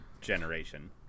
generation